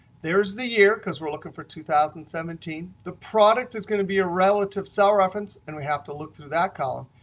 there is the year, because we're looking for two thousand and seventeen. the product is going to be a relative cell reference, and we have to look through that column.